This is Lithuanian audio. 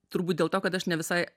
turbūt dėl to kad aš ne visai